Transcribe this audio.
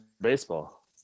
baseball